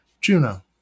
Juno